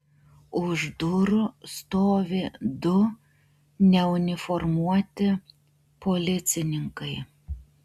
už durų stovi du neuniformuoti policininkai